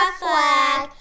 flag